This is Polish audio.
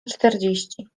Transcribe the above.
czterdzieści